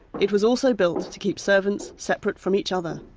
it was also built to keep servants separate from each other.